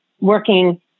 working